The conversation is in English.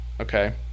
okay